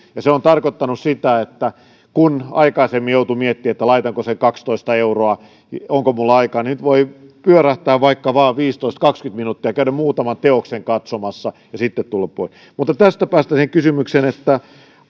se on tarkoittanut sitä että kun aikaisemmin joutui miettimään että laitanko sen kaksitoista euroa onko minulla aikaa niin nyt voi pyörähtää vaikka vain viisitoista viiva kaksikymmentä minuuttia käydä muutaman teoksen katsomassa ja sitten tulla pois tästä päästään kysymykseen